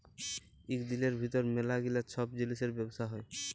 ইক দিলের ভিতর ম্যালা গিলা ছব জিলিসের ব্যবসা হ্যয়